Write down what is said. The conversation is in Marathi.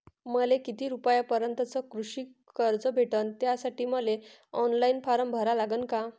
मले किती रूपयापर्यंतचं कृषी कर्ज भेटन, त्यासाठी मले ऑनलाईन फारम भरा लागन का?